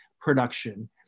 production